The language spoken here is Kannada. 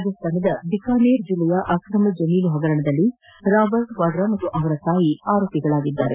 ರಾಜಸ್ತಾನದ ಬಿಕಾನೇರ್ ಜಿಲ್ಲೆಯ ಅಕ್ರಮ ಜಮೀನು ಹಗರಣದಲ್ಲಿ ರಾಬರ್ಟ್ ವಾದ್ರಾ ಮತ್ತು ಅವರ ತಾಯಿ ಆರೋಪಿಗಳಾಗಿದ್ದಾರೆ